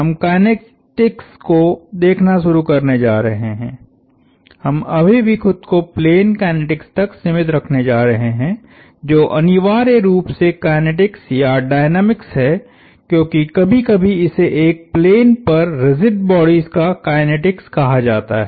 हम काइनेटिक्स को देखना शुरू करने जा रहे हैं हम अभी भी खुद को प्लेन काइनेटिक्स तक सीमित रखने जा रहे हैं जो अनिवार्य रूप से काइनेटिक्स या डायनामिक्स है क्योंकि कभी कभी इसे एक प्लेन पर रिजिड बॉडीस का काइनेटिक्स कहा जाता है